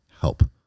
help